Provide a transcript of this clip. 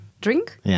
drink